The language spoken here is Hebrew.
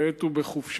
כעת הוא בחופשה,